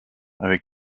avec